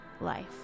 life